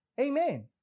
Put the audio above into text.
Amen